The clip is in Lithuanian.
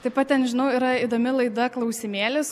taip pat ten žinau yra įdomi laida klausimėlis